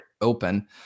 open